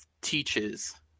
teaches